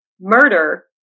murder